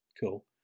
Cool